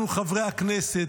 אנחנו חברי הכנסת,